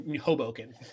Hoboken